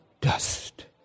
dust